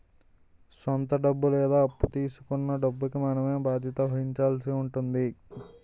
సొంత డబ్బు లేదా అప్పు తీసుకొన్న డబ్బుకి మనమే బాధ్యత వహించాల్సి ఉంటుంది